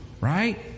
Right